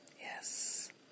Yes